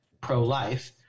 pro-life